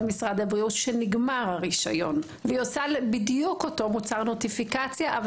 משרד הבריאות שנגמר הרשיון והיא עושה בדיוק אותו מוצר נוטיפיקציה אבל